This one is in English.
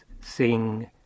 sing